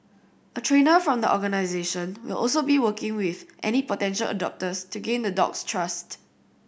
a trainer from the organisation will also be working with any potential adopters to gain the dog's trust